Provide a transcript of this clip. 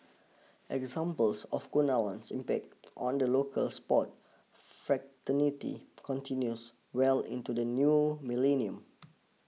examples of Kunalan's impact on the local sport fraternity continues well into the new millennium